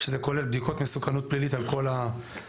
שזה כולל בדיקות מסוכנות פלילית על כל המחזיקים,